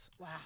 Wow